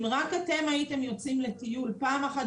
אם רק אתם הייתם יוצאים לטיול פעם אחת